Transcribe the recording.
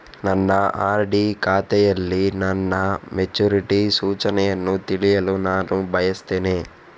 ನನ್ನ ಆರ್.ಡಿ ಖಾತೆಯಲ್ಲಿ ನನ್ನ ಮೆಚುರಿಟಿ ಸೂಚನೆಯನ್ನು ತಿಳಿಯಲು ನಾನು ಬಯಸ್ತೆನೆ